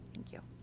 thank you.